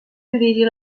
dirigir